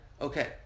Okay